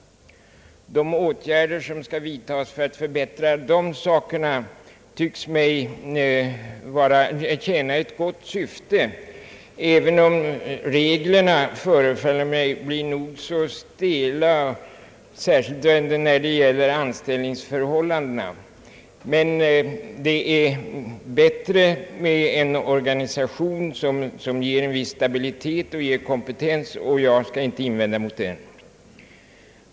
De åtgärder som skall vidtas för att åstadkomma bättre förhållanden därvidlag tycks mig tjäna ett gott syfte, även om reglerna förefaller mig bli nog så stela, särskilt när det gäller anställningsförhållandena. Men det är bättre med en organisation som ger en viss stabilitet och kompetens, och därför skall jag inte motsätta mig planerna.